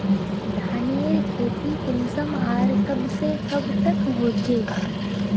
धानेर खेती कुंसम आर कब से कब तक होचे?